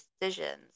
decisions